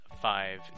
five